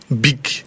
big